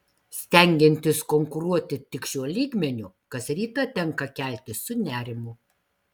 stengiantis konkuruoti tik šiuo lygmeniu kas rytą tenka keltis su nerimu